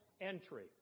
entry